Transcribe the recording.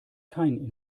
kein